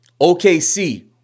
OKC